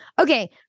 Okay